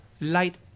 light